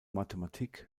mathematik